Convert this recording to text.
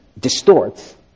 distorts